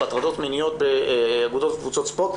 על הטרדות מיניות באגודות ספורט,